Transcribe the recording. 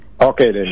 Okay